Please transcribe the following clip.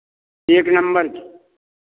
एक नंबर